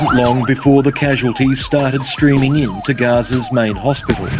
long before the casualties started streaming in to gaza's main hospital.